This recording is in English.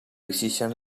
decision